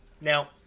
Now